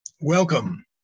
Welcome